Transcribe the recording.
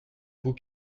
vous